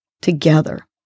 together